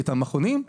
את המכונים,